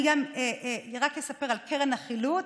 אני רק אספר על קרן החילוט,